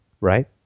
Right